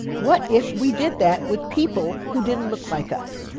what if we did that with people who didn't look like us?